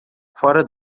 fora